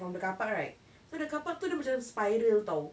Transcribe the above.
from the carpark right so the carpark tu dia macam spiral [tau]